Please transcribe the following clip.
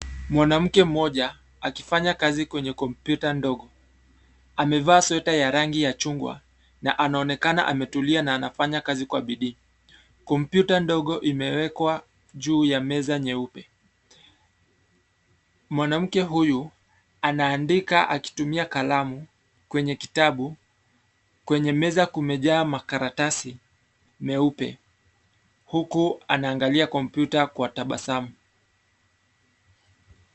Mwanamke mmoja, akifanya kazi kwenye kompyuta ndogo, amevaa sweta ya rangi ya chungwa. Anaonekana ametulia na anafanya kazi kwa bidii. Kompyuta ndogo imewekwa juu ya meza nyeupe. Mwanamke huyu anaandika akitumia kalamu kwenye kitabu. Kwenye meza kumejaa makaratasi meupe, huku anaangalia kompyuta kwa tabasamu.